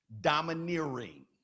domineering